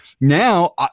Now